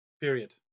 Period